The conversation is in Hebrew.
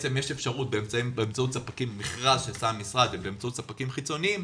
ובאמצעות מכרז שעשה המשרד ובאמצעות ספקים חיצוניים,